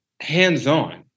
hands-on